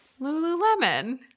lululemon